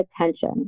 attention